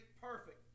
perfect